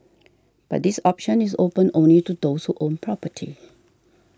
but this option is open only to those who own property